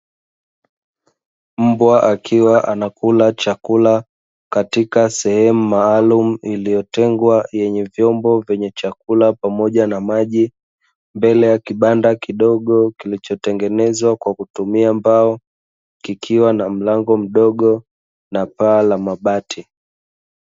Mbwa akiwa anakula chakula katika sehemu maalumu iliyotengwa yenye vyombo vyenye chakula pamoja na maji mbele ya kibanda kidogo kilichotengenezwa kwa kutumia mbao kikiwa na mlango mdogo na paa la mabati.